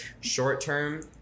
Short-term